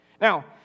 Now